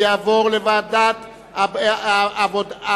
לדיון מוקדם בוועדת העבודה,